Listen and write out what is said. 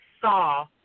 saw